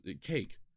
cake